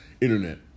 internet